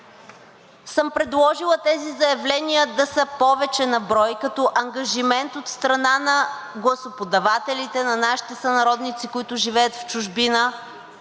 съм предложила тези заявления да са повече на брой като ангажимент от страна на гласоподавателите, на нашите сънародници, които живеят в чужбина,